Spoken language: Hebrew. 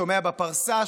שומע בפרסה,